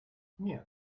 нет